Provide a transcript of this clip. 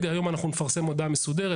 היום אנחנו נפרסם הודעה מסודרת,